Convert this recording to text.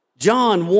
John